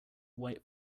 white